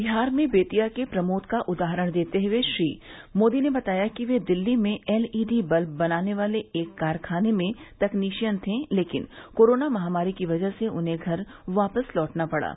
बिहार में बेतिया के प्रमोद का उदाहरण देते हए श्री मोदी ने बताया कि वे दिल्ली में एलईडी बल्ब बनाने वाले एक कारखाने में तकनीशियन थे लेकिन कोरोना महामारी की वजह से उन्हें घर वापस लौटना पड़ा